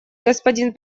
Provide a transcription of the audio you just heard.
господин